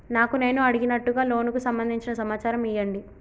నాకు నేను అడిగినట్టుగా లోనుకు సంబందించిన సమాచారం ఇయ్యండి?